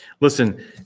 Listen